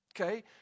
Okay